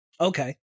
Okay